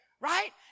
Right